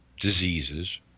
diseases